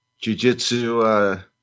jujitsu